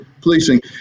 policing